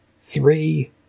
three